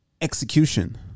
execution